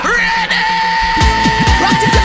Ready